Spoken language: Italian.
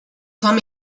fama